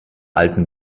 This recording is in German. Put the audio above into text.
alten